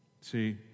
See